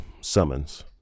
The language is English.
summons